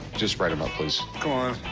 just write him up, please. come on.